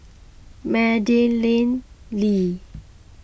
Madeleine Lee